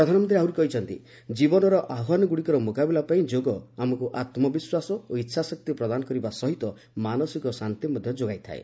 ପ୍ରଧାନମନ୍ତ୍ରୀ କହିଛନ୍ତି କୀବନର ଆହ୍ୱାନଗୁଡ଼ିକର ମୁକାବିଲା ପାଇଁ ଯୋଗ ଆମକୁ ଆତ୍ମବିଶ୍ୱାସ ଓ ଇଚ୍ଛାଶକ୍ତି ପ୍ରଦାନ କରିବା ସହିତ ମାନସିକ ଶାନ୍ତି ମଧ୍ୟ ଯୋଗାଇଥାଏ